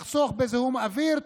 לחסוך בזיהום אוויר,